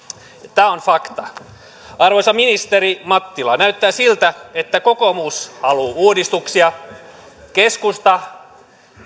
tämä on fakta arvoisa ministeri mattila näyttää siltä että kokoomus haluaa uudistuksia keskusta